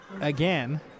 again